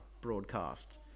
broadcast